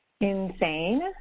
insane